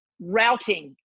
routing